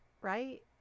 Right